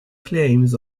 claims